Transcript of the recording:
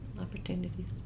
opportunities